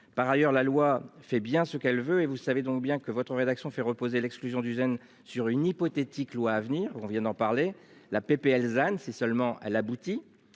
Par ailleurs, la loi fait bien ce qu'elle veut et vous le savez donc bien que votre rédaction fait reposer l'exclusion du zen sur une hypothétique loi à venir. On vient d'en parler. La PP alezane. Si seulement elle aboutit,